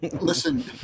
Listen